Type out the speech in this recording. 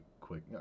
quick